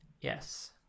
Yes